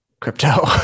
crypto